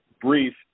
brief